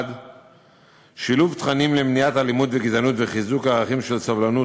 1. שילוב תכנים למניעת אלימות וגזענות ולחיזוק ערכים של סובלנות,